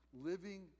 Living